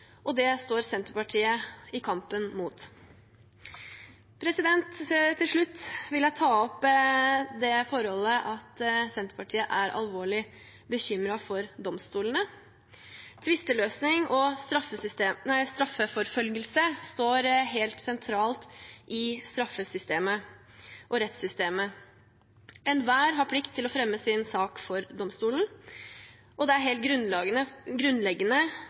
og Senterpartiet står i kampen mot det. Til slutt vil jeg ta opp det forholdet at Senterpartiet er alvorlig bekymret for domstolene. Tvisteløsning og straffeforfølgelse står helt sentralt i straffesystemet og rettssystemet. Enhver har plikt til å fremme sin sak for domstolen. Det er helt grunnleggende